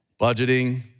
Budgeting